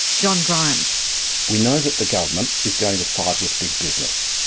john grimes we know that the government is going to side with big business.